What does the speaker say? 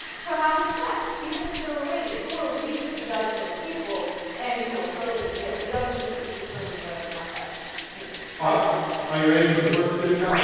for having sex even if they're related who are we to judge those people and you know throw them in jail the government should and determine whether or not that's you know autorad are you ready for the first utica